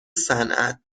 صنعت